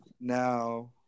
now